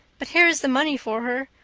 but here is the money for her.